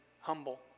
humble